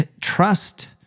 trust